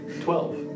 Twelve